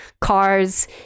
cars